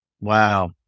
Wow